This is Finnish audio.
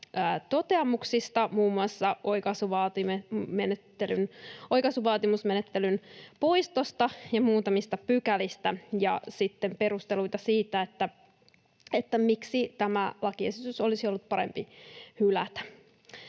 toteamuksista, muun muassa oikaisuvaatimusmenettelyn poistosta ja muutamista pykälistä, ja sitten perusteluita siitä, miksi tämä lakiesitys olisi ollut parempi hylätä: